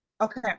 Okay